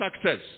success